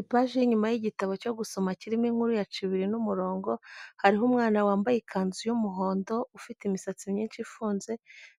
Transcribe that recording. Ipaji y'inyuma y'igitabo cyo gusoma kirimo inkuru ya Cibiri n'umurongo, hariho umwana wambaye ikanzu y'umuhondo ufite imisatsi myinshi ifunze,